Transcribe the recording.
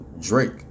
Drake